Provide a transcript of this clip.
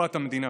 לקופת המדינה.